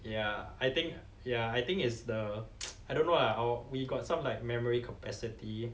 ya I think ya I think is the I don't know lah our we got some like memory capacity